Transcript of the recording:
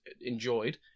enjoyed